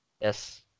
Yes